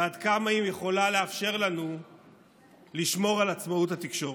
עד כמה היא יכולה לאפשר לנו לשמור על עצמאות התקשורת.